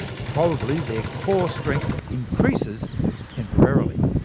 probably their core strength increases temporarily.